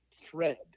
thread